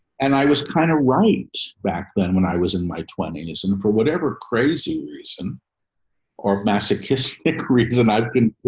and i was kind of right back then when i was in my twenties and for whatever crazy reason or masochistic reason, i'd been